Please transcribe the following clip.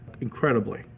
incredibly